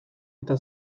eta